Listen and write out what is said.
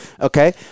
okay